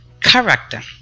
character